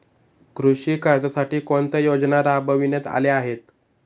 कृषी कर्जासाठी कोणत्या योजना राबविण्यात आल्या आहेत?